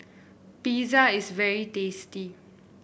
pizza is very tasty